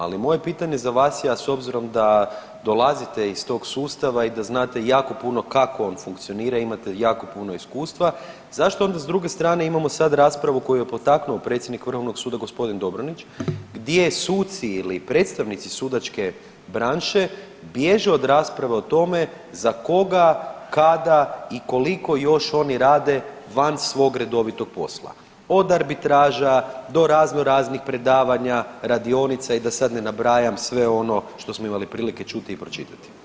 Ali moje pitanje za vas je, a s obzirom da dolazite iz tog sustava i da znate jako puno kako on funkcionira, imate jako puno iskustva zašto onda s druge strane imamo sad raspravu koju je potaknuo predsjednik Vrhovnog suda gospodin Dobronić, gdje suci ili predstavnici sudačke branše bježe od rasprave o tome za koga, kada i koliko još oni rade van svog redovitog posla od arbitraža do razvoja raznih predavanja, radionica i da sad ne nabrajam sve ono što smo imali prilike čuti i pročitati.